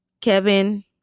Kevin